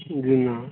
जी हाँ